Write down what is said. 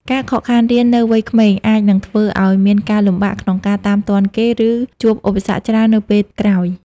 ការខកខានរៀននៅវ័យក្មេង អាចនឹងធ្វើឱ្យមានការលំបាកក្នុងការតាមទាន់គេ ឬជួបឧបសគ្គច្រើននៅពេលក្រោយ ។